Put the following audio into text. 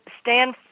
stand